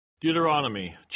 Deuteronomy